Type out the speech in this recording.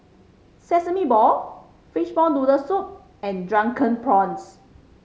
Sesame Ball fishball noodle soup and Drunken Prawns